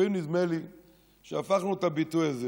לפעמים נדמה לי שהפכנו את הביטוי הזה